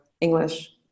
English